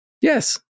Yes